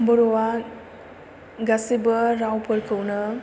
बर'आ गासिबो रावफोरखौनो